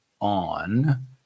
on